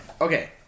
Okay